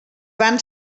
van